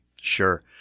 Sure